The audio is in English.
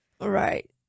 Right